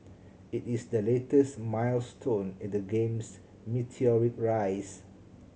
it is the latest milestone in the game's meteoric rise